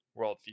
worldview